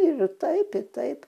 ir taip i taip